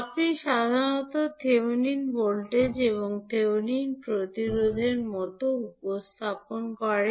আপনি সাধারণত Thevenin voltage এবং থেভেনিন প্রতিরোধের মতো উপস্থাপন করেন